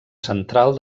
central